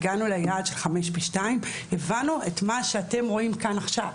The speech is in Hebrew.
כשהגענו ליעד של חמש פי שניים הבנו את מה שאתם רואים כאן עכשיו,